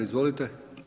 Izvolite.